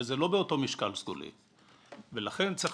וזה לא באותו משקל סגולי.